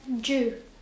Jew